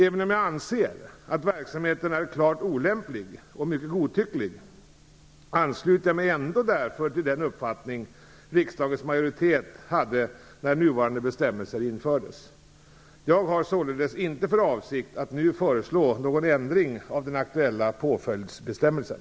Även om jag anser att verksamheten är klart olämplig och mycket godtycklig ansluter jag mig därför till den uppfattning riksdagens majoritet hade när nuvarande bestämmelser infördes. Jag har således inte för avsikt att nu föreslå någon ändring av den aktuella påföljdsbestämmelsen.